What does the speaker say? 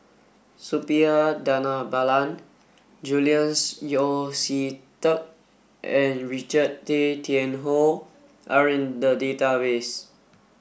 Suppiah Dhanabalan Julian Yeo See Teck and Richard Tay Tian Hoe are in the database